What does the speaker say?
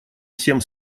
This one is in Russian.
всем